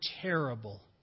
terrible